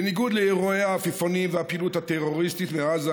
בניגוד לאירועי העפיפונים והפעילות הטרוריסטית מעזה,